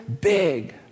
big